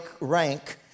rank